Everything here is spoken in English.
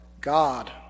God